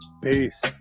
Peace